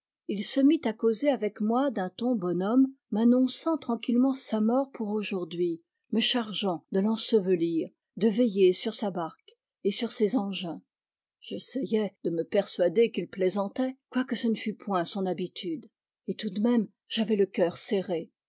il se mit à causer avec moi d'un ton bonhomme m'annonçant tranquillement sa mort pour aujourd'hui me chargeant de l'ensevelir de veiller sur sa barque et sur ses engins j'essayais de me persuader qu'il plaisantait quoique ce ne fût point son habitude et tout de même j'avais le cœur serré